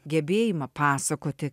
gebėjimą pasakoti